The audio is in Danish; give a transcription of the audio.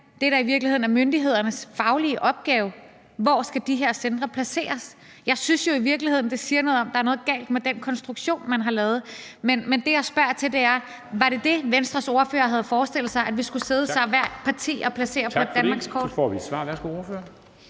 er myndighedernes faglige opgave, nemlig hvor de her centre skal placeres. Jeg synes jo i virkeligheden, det siger noget om, at der er noget galt med den konstruktion, man har lavet. Men det, jeg spørger til, er: Var det det, Venstres ordfører havde forestillet sig, altså at vi i hvert parti så skulle